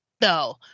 no